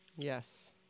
Yes